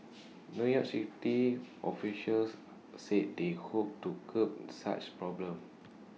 new york city officials said they hoped to curb such problems